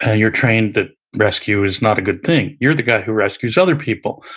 and you're trained that rescue is not a good thing. you're the guy who rescues other people.